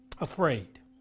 afraid